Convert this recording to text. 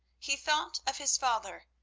he thought of his father,